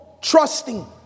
trusting